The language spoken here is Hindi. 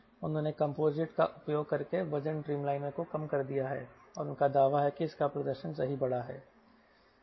उन्होंने कंपोजिट का उपयोग करके वजन ड्रीमलाइनर को कम कर दिया है और उनका दावा है कि इसका प्रदर्शन सही बढ़ा है